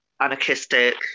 anarchistic